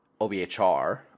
OBHR